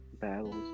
battles